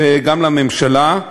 וגם לממשלה,